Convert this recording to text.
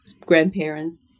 Grandparents